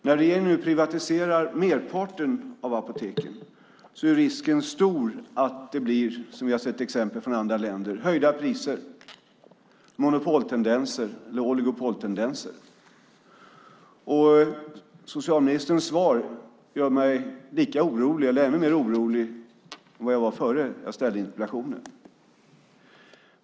När regeringen nu privatiserar merparten av apoteken är risken stor att det, vilket vi har sett exempel på från andra länder, blir höjda priser, monopoltendenser eller oligopoltendenser. Socialministerns svar gör mig ännu mer orolig än jag var innan jag ställde interpellationen.